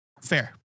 Fair